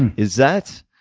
and is that